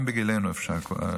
גם בגילנו אפשר.